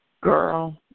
Girl